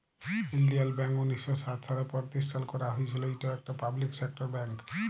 ইলডিয়াল ব্যাংক উনিশ শ সাত সালে পরতিষ্ঠাল ক্যারা হঁইয়েছিল, ইট ইকট পাবলিক সেক্টর ব্যাংক